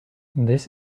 this